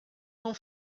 não